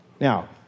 Now